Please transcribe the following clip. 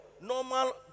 normal